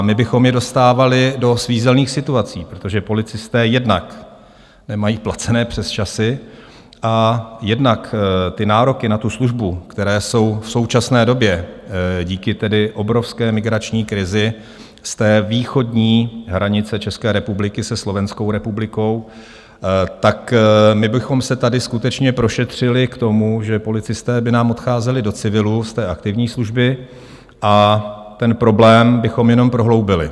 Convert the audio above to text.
My bychom je dostávali do svízelných situací, protože policisté jednak nemají placené přesčasy a jednak nároky na službu, které jsou v současné době díky obrovské migrační krizi z východní hranice České republiky se Slovenskou republikou, tak bychom se tady skutečně prošetřili k tomu, že policisté by nám odcházeli do civilu z aktivní služby, a ten problém bychom jenom prohloubili.